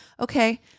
okay